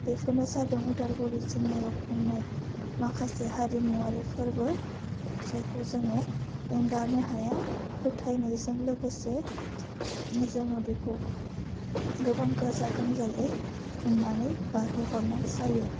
बेफोरनो जादों अदालगुरि जिल्लायाव खुंनाय माखासे हारिमुवारि फोरबो जायखौ जोङो एंगारो हाया फोथायनायजों लोगोसे जोङो बेखौ गोबां गाजा गोमजायै खुंनानै बारहोहरनाय जायो